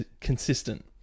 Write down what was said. consistent